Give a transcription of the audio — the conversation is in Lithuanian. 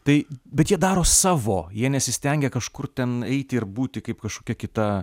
tai bet jie daro savo jie nesistengia kažkur ten eiti ir būti kaip kažkokia kita